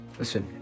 Listen